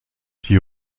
die